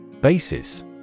Basis